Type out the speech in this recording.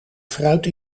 fruit